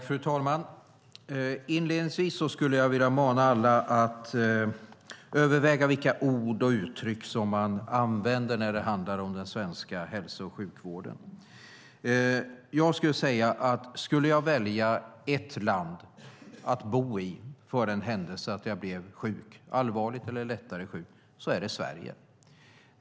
Fru talman! Inledningsvis skulle jag vilja mana alla att överväga vilka ord och uttryck som man använder när det handlar om den svenska hälso och sjukvården. Jag skulle säga att om jag skulle välja ett land att bo i för den händelse att jag blev sjuk - allvarligt eller lättare - så är det Sverige.